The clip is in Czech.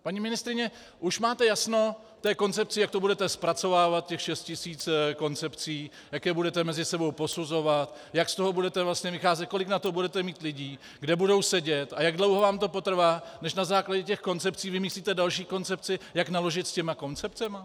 Paní ministryně, už máte jasno k té koncepci, jak to budete zpracovávat, těch šest tisíc koncepcí, jak je budete mezi sebou posuzovat, jak z toho budete vlastně vycházet, kolik na to budete mít lidí, kde budou sedět a jak dlouho vám to potrvá, než na základě těch koncepcí vymyslíte další koncepci, jak naložit s těmi koncepcemi?